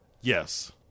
Yes